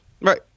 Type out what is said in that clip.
Right